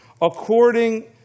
according